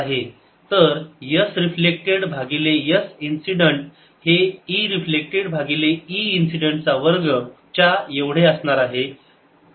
तर S reflected भागिले S incident हे E रिफ्लेक्टेड भागिले E इन्सिडेंट चा वर्ग च्या येवढे असणार आहे